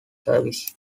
service